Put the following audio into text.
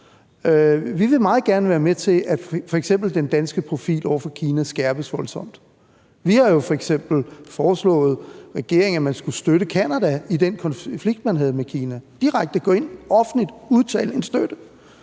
Vi vil meget gerne være med til, at f.eks. den danske profil over for Kina skærpes voldsomt. Vi har jo f.eks. foreslået regeringen, at man skulle støtte Canada i den konflikt, de havde med Kina, altså at man direkte skulle gå ind og offentligt udtale en støtte.